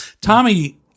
Tommy